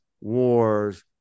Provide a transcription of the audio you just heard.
wars